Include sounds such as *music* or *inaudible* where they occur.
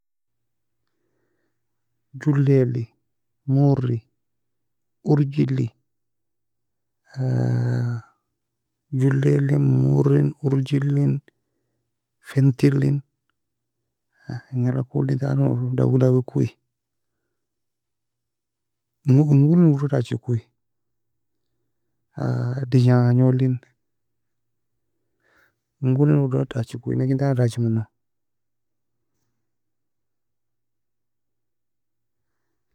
Juley eli moore urgi eli *hesitation* Juley eli moore urgi elin fenty elin engalag ko le tani dawei dawei ko. Eng goe engoe elin uoedog dachiko dejana elin, engoe elin uoedog dachiko enekin tani dachimona.